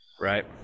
right